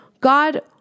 God